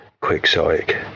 quixotic